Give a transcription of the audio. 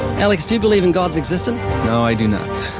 alex, do you believe in god's existence? no, i do not.